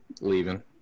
leaving